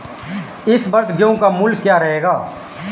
इस वर्ष गेहूँ का मूल्य क्या रहेगा?